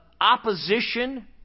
opposition